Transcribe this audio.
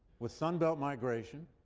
with sunbelt migration,